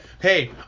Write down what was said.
hey